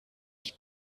die